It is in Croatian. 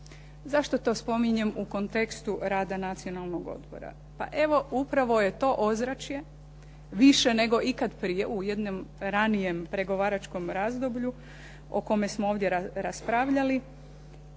Zašto to spominjem u kontekstu rada Nacionalnog odbora? Pa evo upravo je to ozračje više nego ikad prije u jednom ranijem pregovaračkom razdoblju o kome smo ovdje raspravljali